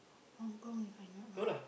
Hong-Kong if I'm not wrong